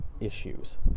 issues